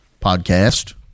podcast